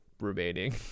remaining